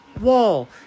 wall